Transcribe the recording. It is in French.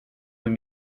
deux